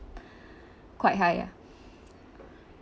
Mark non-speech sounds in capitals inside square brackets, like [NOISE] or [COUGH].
[BREATH] quite high ah